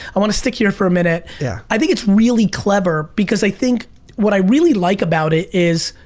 i wanna stick here for a minute. yeah i think it's really clever because i think what i really like about it is,